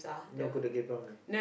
no kuda kepang ah